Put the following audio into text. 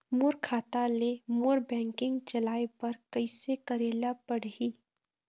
मोर खाता ले मोर बैंकिंग चलाए बर कइसे करेला पढ़ही?